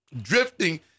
Drifting